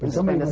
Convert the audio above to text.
and somebody